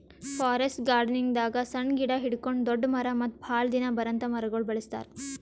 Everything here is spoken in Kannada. ಫಾರೆಸ್ಟ್ ಗಾರ್ಡನಿಂಗ್ದಾಗ್ ಸಣ್ಣ್ ಗಿಡ ಹಿಡ್ಕೊಂಡ್ ದೊಡ್ಡ್ ಮರ ಮತ್ತ್ ಭಾಳ್ ದಿನ ಬರಾಂತ್ ಮರಗೊಳ್ ಬೆಳಸ್ತಾರ್